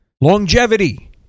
Longevity